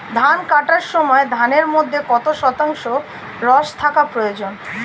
ধান কাটার সময় ধানের মধ্যে কত শতাংশ রস থাকা প্রয়োজন?